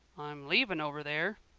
i'm leaving over there,